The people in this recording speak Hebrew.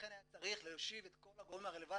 לכן היה צריך להושיב את כל הגורמים הרלבנטיים,